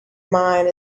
mine